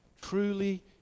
truly